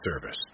service